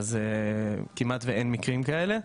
כמעט ואין מקרים כאלה.